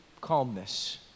calmness